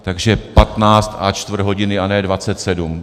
Takže patnáct a čtvrt hodiny, a ne dvacet sedm.